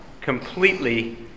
completely